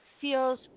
feels